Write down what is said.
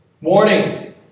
morning